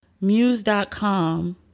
Muse.com